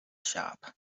shop